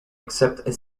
except